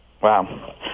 Wow